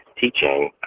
teaching